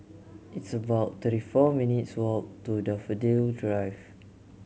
it's about thirty four minutes' walk to Daffodil Drive